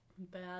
Bad